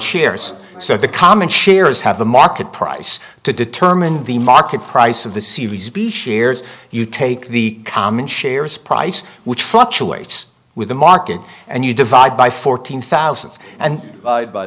shares so the common shares have the market price to determine the market price of the series b shares you take the common shares price which fluctuates with the market and you divide by fourteen thousand and